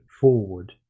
forward